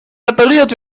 repariert